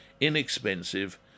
inexpensive